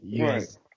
right